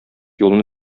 юлны